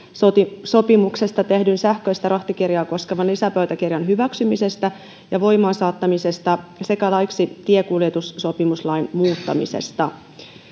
rahtisopimuksesta tehdyn sähköistä rahtikirjaa koskevan lisäpöytäkirjan hyväksymisestä ja voimaan saattamisesta sekä ehdotuksesta laiksi tiekuljetussopimuslain muuttamisesta